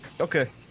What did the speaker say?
Okay